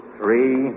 three